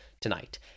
tonight